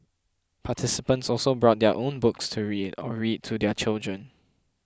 participants also brought their own books to read or read to their children